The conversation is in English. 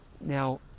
Now